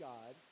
God